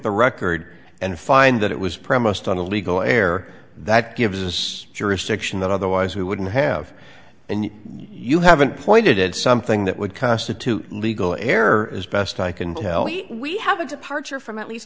the record and find that it was premised on a legal air that gives us jurisdiction that otherwise we wouldn't have and you haven't pointed something that would constitute legal error as best i can tell you we have a departure from at least